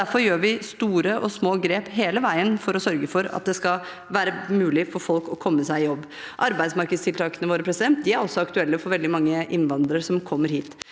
derfor gjør vi store og små grep hele veien for å sørge for at det skal være mulig for folk å komme seg i jobb. Arbeidsmarkedstiltakene våre er også aktuelle for veldig mange innvandrere som kommer hit.